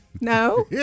no